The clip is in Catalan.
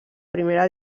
primera